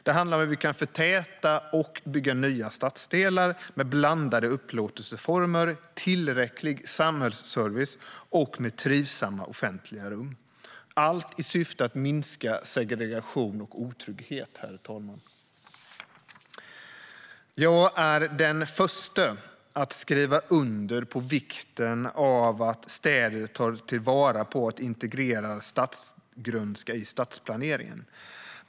Det handlar om hur vi kan förtäta och bygga nya stadsdelar med blandade upplåtelseformer, tillräcklig samhällsservice och trivsamma offentliga rum - allt i syfte att minska segregation och otrygghet. Jag är den förste att skriva under på vikten av att städer tar till vara och integrerar stadsgrönska i stadsplaneringen.